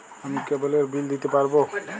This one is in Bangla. আমি কেবলের বিল দিতে পারবো?